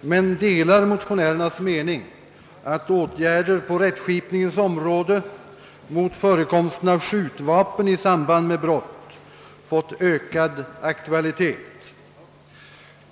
men delar motionärernas mening att åtgärder på rättskipningens område mot förekomsten av skjutvapen i samband med brott fått ökad aktualitet.